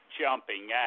jumping